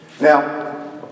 Now